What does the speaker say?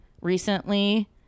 Recently